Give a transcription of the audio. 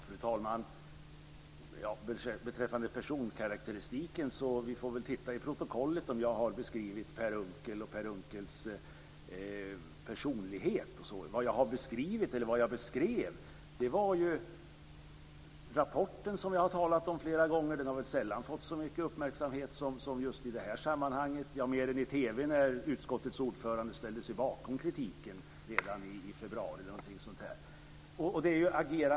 Fru talman! Beträffande personkarakteristiken så får vi väl titta i protokollet och se om jag har beskrivit Per Unckel och hans personlighet. Vad jag beskrev var den rapport som jag har talat om flera gånger. Den har väl sällan fått så mycket uppmärksamhet som just i det här sammanhanget, annat än i TV när utskottets ordförande ställde sig bakom kritiken redan i februari eller när det nu var.